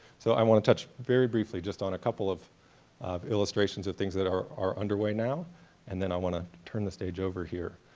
so i want to touch very briefly just on a couple of of illustrations of things that are are under way now and then i want to turn the stage over here.